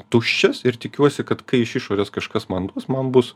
tuščias ir tikiuosi kad kai iš išorės kažkas man duos man bus